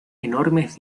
enormes